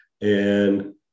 And-